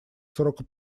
срока